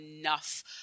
enough